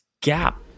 gap